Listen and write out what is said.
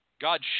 God